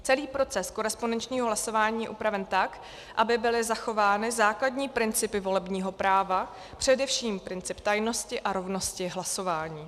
Celý proces korespondenčního hlasování je upraven tak, aby byly zachovány základní principy volebního práva, především princip tajnosti a rovnosti hlasování.